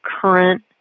current